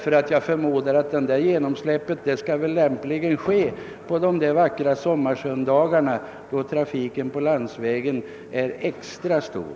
Jag förmodar nämligen att det där genomsläppet väl kommer att ske under de där vackra sommarsöndagarna då trafiken på landsvägen är särskilt stor.